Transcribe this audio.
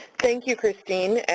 thank you, kristine.